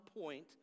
point